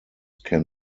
can